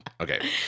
Okay